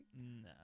No